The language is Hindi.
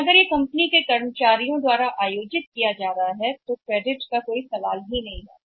लेकिन अगर यह किया जा रहा है कंपनी के कर्मचारियों द्वारा आयोजित क्रेडिट का कोई सवाल ही नहीं है